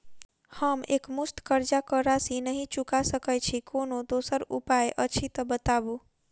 हम एकमुस्त कर्जा कऽ राशि नहि चुका सकय छी, कोनो दोसर उपाय अछि तऽ बताबु?